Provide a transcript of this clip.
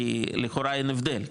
כי לכאורה אין הבדל,